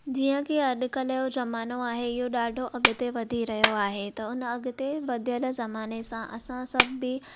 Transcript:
जीअं की अॼुकल्ह जो ज़मानो आहे इहो ॾाढो अॻिते वधी रहियो आहे त हुन अॻिते वधियल ज़माने सां असां सभु बि